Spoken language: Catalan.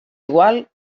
igual